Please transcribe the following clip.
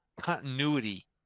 continuity